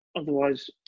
Otherwise